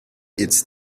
its